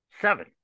seven